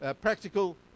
practical